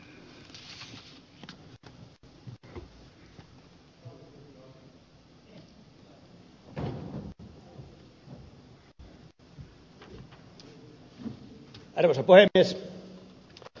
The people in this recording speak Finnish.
arvoisa puhemies